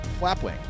Flapwing